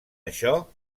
això